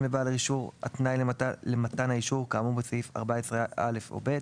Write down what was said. בבעל האישור התנאי למתן האישור כאמור בסעיף 14(א) או (ב),